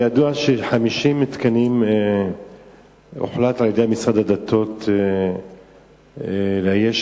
ידוע שהוחלט על-ידי משרד הדתות לאייש